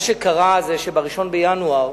מה שקרה זה שב-1 בינואר